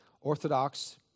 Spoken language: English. Orthodox